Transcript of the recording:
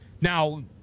Now